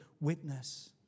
witness